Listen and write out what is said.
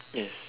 yes